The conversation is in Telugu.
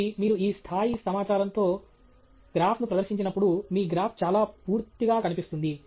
కాబట్టి మీరు ఈ స్థాయి సమాచారంతో గ్రాఫ్ను ప్రదర్శించినప్పుడు మీ గ్రాఫ్ చాలా పూర్తగా కనిపిస్తుంది